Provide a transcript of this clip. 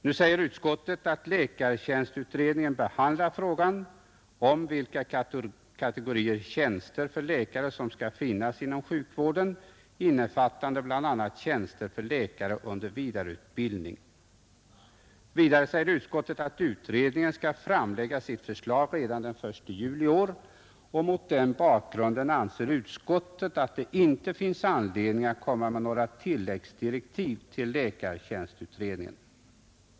Nu säger utskottet att läkartjänstutredningen behandlar frågan om vilka kategorier tjänster för läkare som skall finnas inom sjukvården, innefattande bl.a. tjänster för läkare under vidareutbildning. Vidare säger utskottet att utredningen skall framlägga sitt förslag redan den 1 juli i år, och mot den bakgrunden anser utskottet att det inte finns anledning att komma med några tilläggsdirektiv till läkartjänstutredningen.